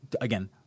again